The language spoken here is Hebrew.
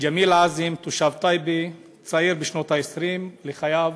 ג'מיל עזאם, תושב טייבה, צעיר בשנות ה-20 לחייו,